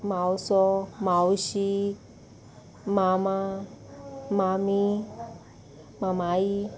मावसो मावशी मामा मामी मामाई